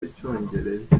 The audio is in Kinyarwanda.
y’icyongereza